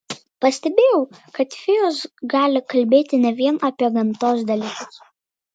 pastebėjau kad fėjos gali kalbėti ne vien apie gamtos dalykus